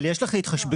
אבל יש לך התחשבנות.